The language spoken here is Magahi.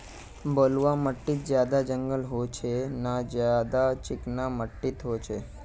बलवाह माटित ज्यादा जंगल होचे ने ज्यादा चिकना माटित होचए?